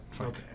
Okay